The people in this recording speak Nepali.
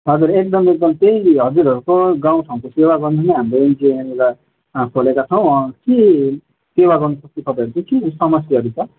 हजुर एकदम एकदम त्यही हजुरहरूको गाउँ ठाँउको सेवा गर्नु नै हाम्रो एनजिओ यहाँनिर खोलेका छौँ अँ के सेवा गर्नसक्छु तपाईँहरूको के समस्याहरू छ